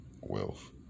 wealth